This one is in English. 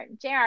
JR